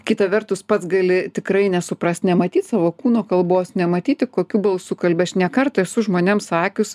kita vertus pats gali tikrai nesuprast nematyt savo kūno kalbos nematyti kokiu balsu kalbi aš ne kartą esu žmonėm sakius